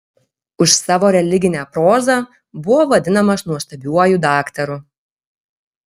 už savo religinę prozą buvo vadinamas nuostabiuoju daktaru